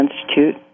Institute